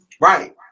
Right